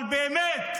אבל באמת,